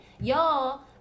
y'all